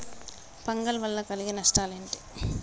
Fungal వల్ల కలిగే నష్టలేంటి?